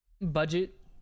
budget